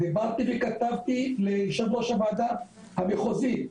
ובאתי וכתבתי ליושב ראש הוועדה המחוזית,